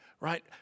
right